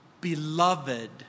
beloved